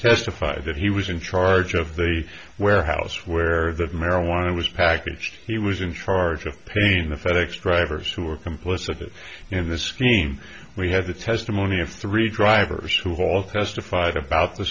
testified that he was in charge of the warehouse where that marijuana was packaged he was in charge of painting the fed ex drivers who were complicit in the scheme we had the testimony of three drivers who all testified about the